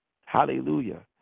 hallelujah